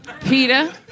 PETA